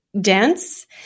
dense